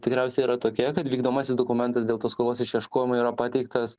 tikriausiai yra tokia kad vykdomasis dokumentas dėl tos skolos išieškojimo yra pateiktas